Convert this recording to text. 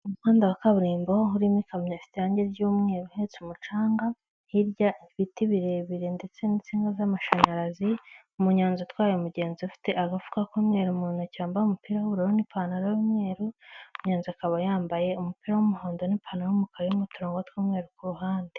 Umuhanda wa kaburimbo urimo ikamyo ifite irangi ry'umweru, ihetse umucanga, hirya ibiti birebire ndetse n'insinga z'amashanyarazi. Umunyonzi utwaye umugenzi ufite agafuka k'umweru mu ntoki, wambaye umupira w'ubururu n'ipantaro y'umweru. Umunyonzi akaba yambaye umupira w'umuhondo n'ipantaro y'umukara irimo uturungo tw'umweru ku ruhande.